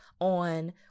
on